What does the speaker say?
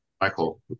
Michael